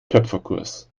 töpferkurs